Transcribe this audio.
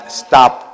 stop